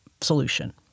solution